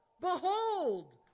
behold